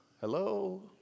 Hello